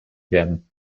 werden